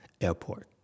Airport